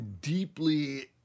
deeply